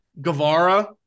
Guevara